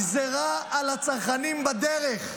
הגזירה על הצרכנים בדרך,